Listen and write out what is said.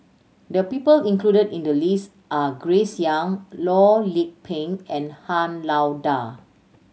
the people included in the list are Grace Young Loh Lik Peng and Han Lao Da